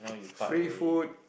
free food